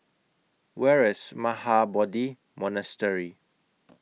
Where IS Mahabodhi Monastery